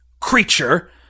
creature